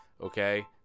okay